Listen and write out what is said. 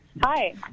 Hi